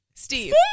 Steve